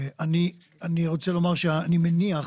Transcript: אני רוצה לומר שאני מניח,